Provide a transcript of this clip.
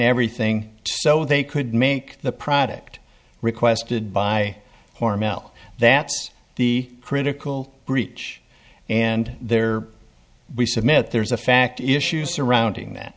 everything so they could make the product requested by hormel that's the critical breach and there we submit there's a fact issue surrounding that